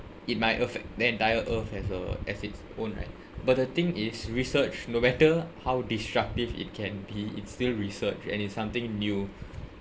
it might affect the entire earth as a as its own right but the thing is research no matter how disruptive it can be it's still research and it's something new